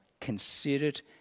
considered